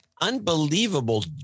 unbelievable